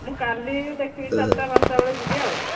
ମୁଁ କାଲି ଦେଖିବି ଚାରିଟା ପାଞ୍ଚଟା ବେଳେ ଯିବି ଆଉ